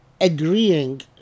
agreeing